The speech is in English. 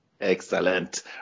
Excellent